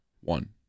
One